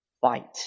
fight